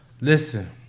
Listen